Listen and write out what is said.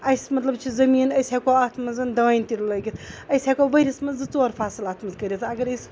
اَسہِ مطلب چھِ زٔمیٖن أسۍ ہیٚکو اَتھ منٛز دانہِ تہِ لٲگِتھ أسۍ ہیٚکو ؤرۍ یَس منٛز زٕ ژور فصٕل اَتھ منٛز کٔرِتھ اگر أسۍ